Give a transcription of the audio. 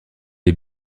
est